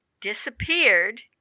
disappeared